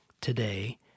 Today